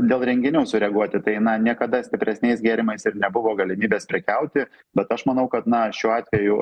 dėl renginių sureaguoti tai na niekada stipresniais gėrimais ir nebuvo galimybės prekiauti bet aš manau kad na šiuo atveju